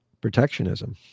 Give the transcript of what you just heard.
protectionism